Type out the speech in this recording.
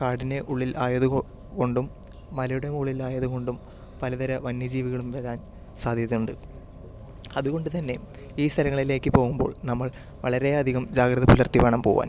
കാടിൻ്റെ ഉള്ളിൽ ആയതുകൊണ്ടും മലയുടെ മുകളിൽ ആയതുകൊണ്ടും പലതര വന്യ ജീവികളും വരാൻ സാധ്യത ഉണ്ട് അതുകൊണ്ട് തന്നെ ഈ സ്ഥലങ്ങളിലേക്ക് പോകുമ്പോൾ നമ്മൾ വളരെ അധികം ജാഗ്രത പുലർത്തി വേണം പോകാൻ